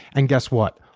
and guess what?